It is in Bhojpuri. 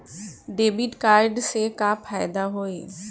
डेबिट कार्ड से का फायदा होई?